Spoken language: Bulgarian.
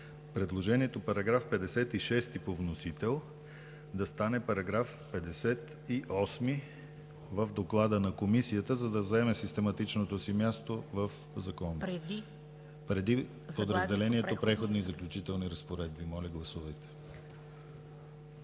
предложението § 56 по вносител да стане § 58 в доклада на Комисията, за да заеме систематичното си място в Закона, преди подразделението „Преходни и заключителни разпоредби“. Моля, гласувайте.